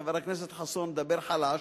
חבר הכנסת חסון, דבר חלש.